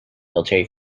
military